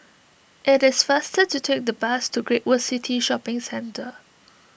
it is faster to take the bus to Great World City Shopping Centre